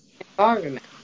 environment